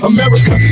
America